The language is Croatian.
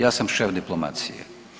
Ja sam šef diplomacije.